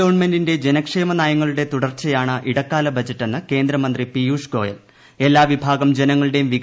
ഗവൺമെന്റിന്റെ ജനക്ഷേമ നയങ്ങളുടെ തുടർച്ചയാണ് ഇടക്കാല ബജറ്റെന്ന് കേന്ദ്രമന്ത്രി പിയൂഷ് ഗോയൽ എല്ലാ വിഭാഗം ജനങ്ങളുടെയും ്വികസനം ലക്ഷ്യം